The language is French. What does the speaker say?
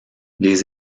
les